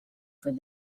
for